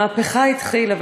המהפכה התחילה,